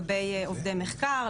מגמה דומה לגבי עובדי מחקר,